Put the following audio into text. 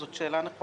זאת שאלה נכונה.